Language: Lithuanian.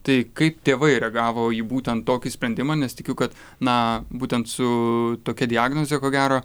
tai kaip tėvai reagavo į būtent tokį sprendimą nes tikiu kad na būtent su tokia diagnoze ko gero